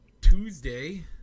Tuesday